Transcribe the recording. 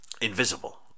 invisible